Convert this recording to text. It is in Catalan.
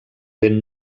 vent